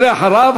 ואחריו,